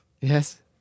Yes